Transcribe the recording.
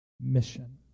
mission